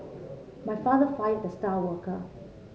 my father fired the star worker